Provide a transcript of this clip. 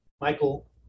Michael